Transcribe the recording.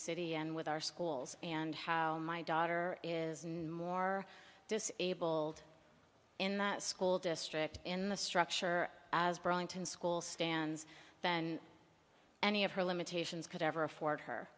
city and with our schools and how my daughter is more disabled in that school district in the structure as burlington school stands than any of her limitations could ever afford